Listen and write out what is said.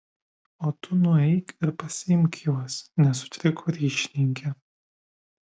o tu nueik ir pasiimk juos nesutriko ryšininkė